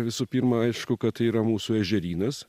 visų pirma aišku kad yra mūsų ežerynas